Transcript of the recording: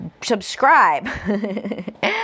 subscribe